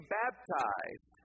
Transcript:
baptized